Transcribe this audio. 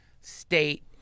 state